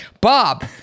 Bob